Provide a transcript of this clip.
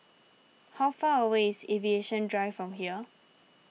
how far away is Aviation Drive from here